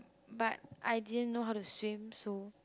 but I didn't know how to swim so